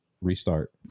restart